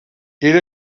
era